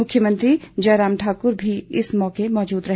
मुख्यमंत्री जय राम ठाकुर भी इस मौके मौजूद रहे